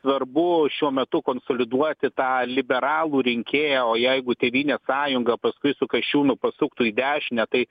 svarbu šiuo metu konsoliduoti tą liberalų rinkėją o jeigu tėvynės sąjungą paskui su kasčiūnu pasuktų į dešinę tai